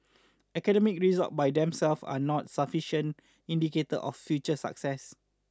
academic result by themselves are not a sufficient indicator of future success